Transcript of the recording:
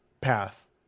path